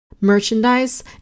Merchandise